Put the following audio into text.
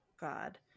God